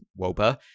Woba